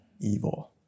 evil